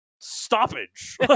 stoppage